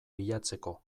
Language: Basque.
bilatzeko